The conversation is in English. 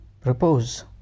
Propose